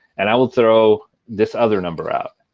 and i will throw this other number out.